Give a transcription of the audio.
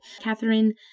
Catherine